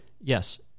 Yes